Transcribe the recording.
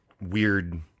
weird